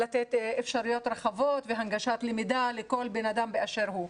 לתת אפשרויות רחבות והנגשת למידה לכל בן אדם באשר הוא,